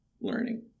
learning